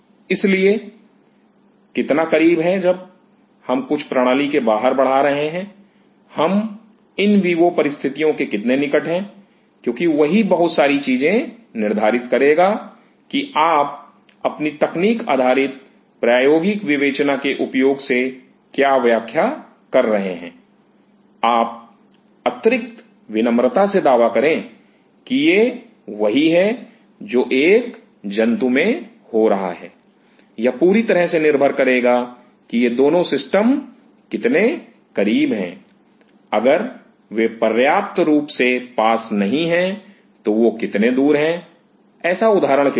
इसलिए कितना करीब है जब हम कुछ प्रणाली के बाहर बढ़ा रहे हैं हम इन विवो परिस्थितियों के कितने निकट हैं क्योंकि वही बहुत सारी चीजें निर्धारित करेगा कि आप अपनी तकनीक आधारित प्रायोगिक विवेचना के उपयोग से क्या व्याख्या कर रहे हैं आप अतिरिक्त विनम्रता से दावा करें कि यह वही है जो एक जंतु में हो रहा है यह पूरी तरह से निर्भर करेगा कि ये दोनों सिस्टम कितने करीब हैं अगर वे पर्याप्त रूप से पास नहीं हैं तो वे कितने दूर हैं ऐसा उदाहरण के लिए कहें